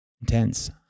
intense